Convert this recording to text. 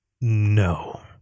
no